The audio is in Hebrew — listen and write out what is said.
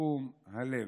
ושיקום הלב.